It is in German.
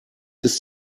ist